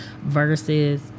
versus